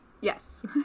Yes